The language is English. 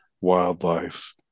wildlife